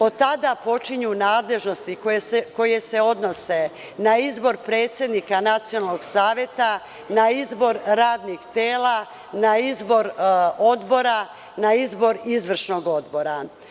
Od tada počinju nadležnosti koje se odnose na izbor predsednika nacionalnog saveta, na izbor radnih tela, na izbor odbora i na izbor izvršnog odbora.